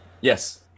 Yes